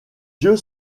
yeux